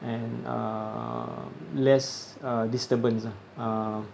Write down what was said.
and uh less uh disturbance ah uh